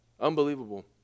Unbelievable